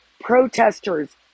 protesters